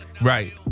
Right